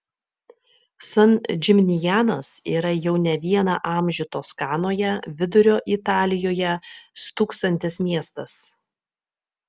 san džiminjanas yra jau ne vieną amžių toskanoje vidurio italijoje stūksantis miestas